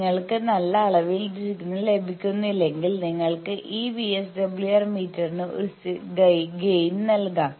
നിങ്ങൾക്ക് നല്ല അളവിൽ സിഗ്നൽ ലഭിക്കുന്നില്ലെങ്കിൽ നിങ്ങൾക്ക് ഈ വിഎസ്ഡബ്ല്യുആർ മീറ്ററിന് ഒരു ഗൈൻ നൽകാം